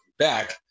back